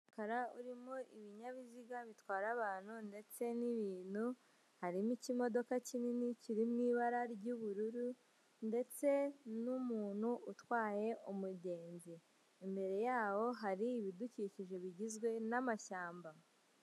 Umukara urimo ibinyabiziga bitwara abantu ndetse n'ibintu, harimo ikimodoka kinini kiri mu ibara ry'ubururu, ndetse n'umuntu utwaye umugenzi. Imbere yawo hari ibidukikije bigizwe n'amashyamba.